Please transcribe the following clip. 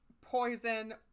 Poison